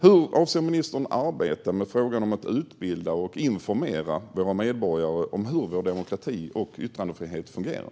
Hur avser ministern att arbeta med frågan om att utbilda och informera våra medborgare om hur vår demokrati och yttrandefrihet fungerar?